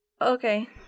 Okay